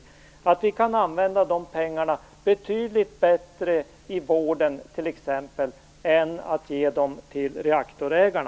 har, att vi kan använda pengarna betydligt bättre i t.ex. vården än att ge dem till reaktorägarna.